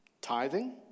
Tithing